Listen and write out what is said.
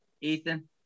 Ethan